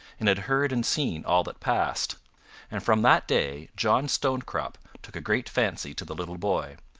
and had heard and seen all that passed and from that day john stonecrop took a great fancy to the little boy.